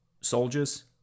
soldiers